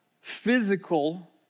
physical